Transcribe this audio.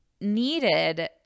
needed